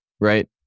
right